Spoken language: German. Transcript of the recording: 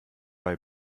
bei